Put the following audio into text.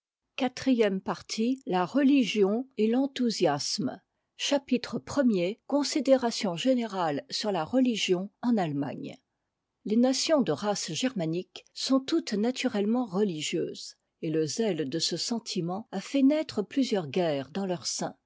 la religion et l'enthousiasme chapitre premier cpksmera om générales sur la religion en h a ie les nations de race germanique sont toutes naturellement religieuses et le zèle de ce sentiment a fait naître plusieurs guerres dans leur sein